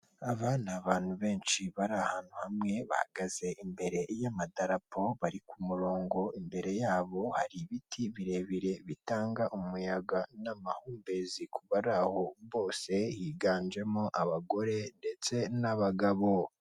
Aba ni abantu benshi bari ahantu hamwe bahagaze imbere y'amadarapo bari ku murongo, imbere yabo hari ibiti birebire bitanga umuyaga n'amahumbezi kubari aho bose higanjemo abagore ndetse n'abagabo.